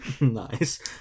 Nice